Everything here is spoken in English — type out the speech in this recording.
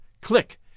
click